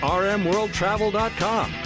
rmworldtravel.com